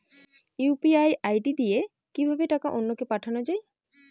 UPI ID দিয়ে কিভাবে টাকা অন্য কে পাঠানো যায়?